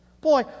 Boy